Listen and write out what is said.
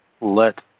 let